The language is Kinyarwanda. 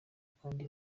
kandi